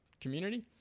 community